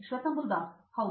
ಶ್ವೇತಂಬುಲ್ ದಾಸ್ ಹೌದು